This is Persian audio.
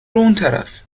اونطرف